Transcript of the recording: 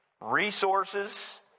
resources